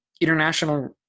international